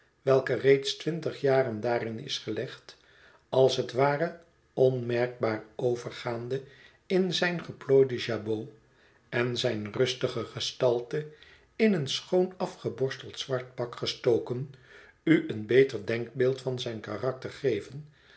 welke reeds twintig jaren daarin is geiegd als het ware onmerkbaar overgaande in zijn geplooiden jabot en zijne rustigej gestalte in een schoon afgeborsteld zwart pak gestoken u een beter denkbeeld van zijn karakter geven